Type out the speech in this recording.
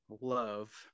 love